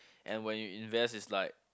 and when you invest it's like